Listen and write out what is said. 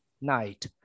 Night